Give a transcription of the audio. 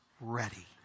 ready